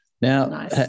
Now